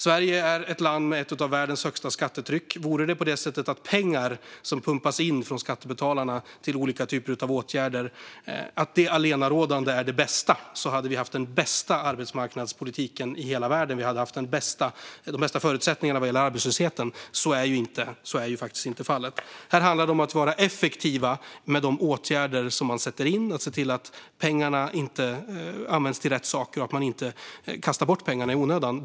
Sverige är ett land med ett av världens högsta skattetryck. Vore det så att pengar som pumpas in från skattebetalarna till olika typer av åtgärder är det enskilt bästa hade vi haft den bästa arbetsmarknadspolitiken i hela världen. Då hade vi haft de bästa förutsättningarna vad gäller arbetslösheten. Så är ju faktiskt inte fallet. Här gäller det att man är effektiv med de åtgärder man sätter in och ser till att pengarna används till rätt saker, att pengarna inte kastas bort i onödan.